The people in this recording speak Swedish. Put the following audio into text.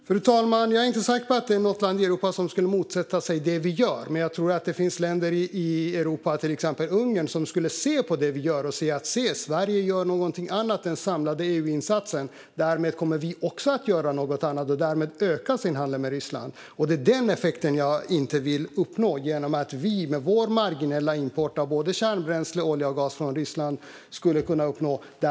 Fru talman! Jag är inte säker på att något land i Europa skulle motsätta sig det vi gör. Men jag tror att det finns länder i Europa, till exempel Ungern, som skulle se på det vi gör och säga: Se, Sverige gör något annat än den samlade EU-insatsen; därmed kommer vi också att göra något annat. Och så kanske man skulle öka sin handel med Ryssland. Det är den effekten jag inte vill uppnå genom att stoppa vår marginella import av kärnbränsle, olja och gas från Ryssland.